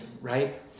right